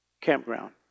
Campground